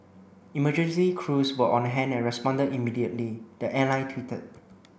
emergency crews were on hand and responded immediately the airline tweeted